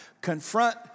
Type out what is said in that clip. confront